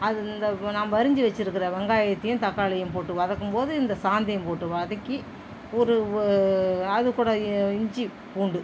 அது இந்த நம்ப அரிஞ்சு வச்சிருக்கற வெங்காயத்தையும் தக்காளியும் போட்டு வதக்கும் போது இந்த சாந்தையும் போட்டு வதக்கி ஒரு அதுகூட இ இஞ்சி பூண்டு